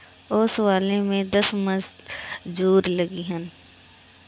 ओसवले में दस मजूर लगिहन